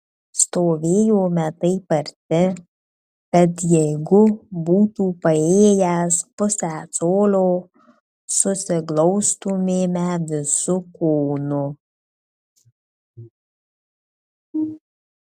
stovėjome taip arti kad jeigu būtų paėjęs pusę colio susiglaustumėme visu kūnu